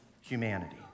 humanity